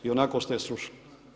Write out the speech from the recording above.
Ionako ste je srušili.